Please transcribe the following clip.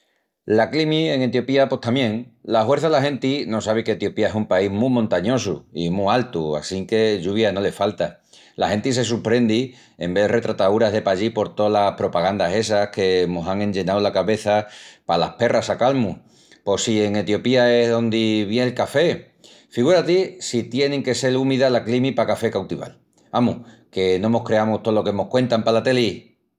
La climi en Etiopía pos tamién. La huerça la genti no sabi que Etiopía es país mu montañosu i mu altu assinque lluvia no les falta. La genti se susprendi en vel retrataúras de pallí por tolas propagandas essas que mos án enllenau la cabeça palas perras sacal-mus. Pos si en Etiopía es dóndi vien el café! Figura-ti si tieni que sel úmida la climi pa café cautival. Amus, que no mos creamus tolo que mos cuentan pala teli.